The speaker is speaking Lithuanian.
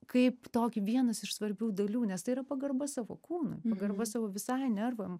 kaip tokį vienas iš svarbių dalių nes tai yra pagarba savo kūnui pagarba savo visai nervų